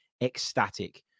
ecstatic